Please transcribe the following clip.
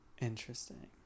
Interesting